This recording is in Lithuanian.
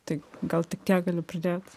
tik gal tik tiek galiu pridėt